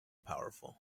powerful